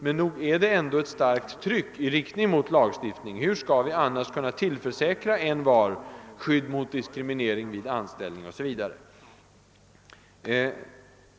Men nog är det ett starkt tryck i riktning mot lagstiftning. Hur skall vi annars kunna tillförsäkra envar skydd mot diskriminering vid anställning o. s. v.?